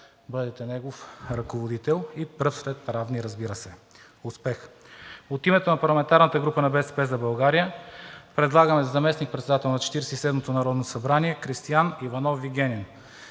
бъдете негов ръководител и пръв сред равни, разбира се. Успех! От името на парламентарната група на „БСП за България“ предлагаме за заместник-председател на Четиридесет и седмото народно събрание Кристиан Иванов Вигенин.